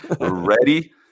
Ready